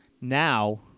now